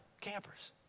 campers